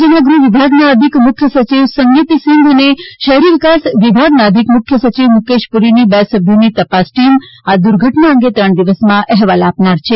રાજ્યના ગૃહ વિભાગના અધિક મુખ્ય સચિવ સંગીત સિંઘ અને શહેરી વિકાસ વિભાગના અધિક મુખ્ય સચિવ મુકેશ પૂરીની બે સભ્યોની તપાસ ટીમ આ દુર્ઘટના અંગે ત્રણ દિવસમાં અહેવાલ આપનાર છે